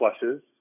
flushes